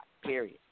period